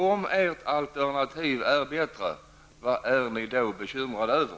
Om ert alternativ är bättre, vad är ni då bekymrade över?